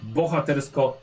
bohatersko